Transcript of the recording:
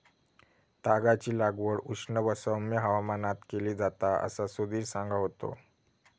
तागाची लागवड उष्ण व सौम्य हवामानात केली जाता असा सुधीर सांगा होतो